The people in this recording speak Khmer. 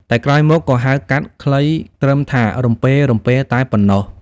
តែក្រោយមកក៏ហៅកាត់ ខ្លីត្រឹមថា រំពេៗ តែប៉ុណ្ណោះ ។